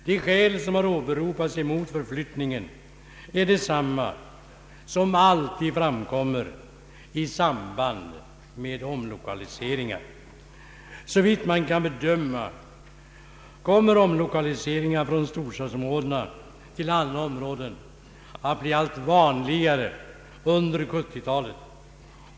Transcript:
De skäl som har åberopats mot en förflyttning är desamma som alltid framkommer i samband med omlokaliseringar. Såvitt man kan bedöma kommer omlokaliseringar från storstadsområden till andra områden att bli allt vanligare under 1970-talet.